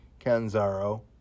Canzaro